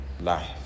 life